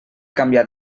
canviar